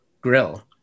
grill